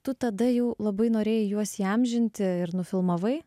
tu tada jau labai noriai juos įamžinti ir nufilmavai